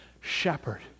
shepherd